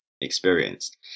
experienced